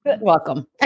Welcome